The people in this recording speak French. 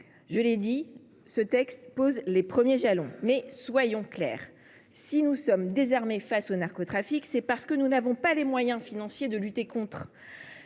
Je l’ai souligné, ce texte pose les premiers jalons. Soyons clairs : si nous sommes désarmés face au narcotrafic, c’est parce que nous n’avons pas les moyens financiers de lutter contre.